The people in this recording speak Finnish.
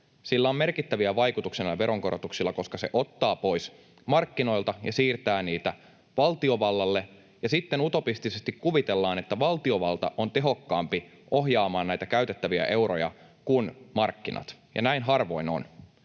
on merkittäviä vaikutuksia, koska ne ottavat pois markkinoilta ja siirtää valtiovallalle, ja sitten utopistisesti kuvitellaan, että valtiovalta on tehokkaampi ohjaamaan näitä käytettäviä euroja kuin markkinat. Ja näin harvoin on,